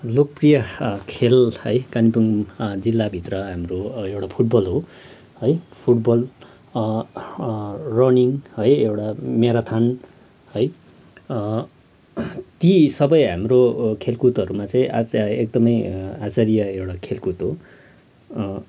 लोकप्रिय खेल है कालिम्पोङ जिल्लाभित्र हाम्रो एउटा फुटबल हो है फुटबल रनिङ है एउटा म्याराथन है ती सबै हाम्रो खेलकुदहरूमा चाहिँ आचा एकदमै आचर्य एउटा खेलकुद हो